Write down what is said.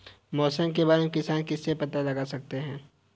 मौसम के बारे में किसान किससे पता लगा सकते हैं?